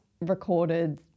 recorded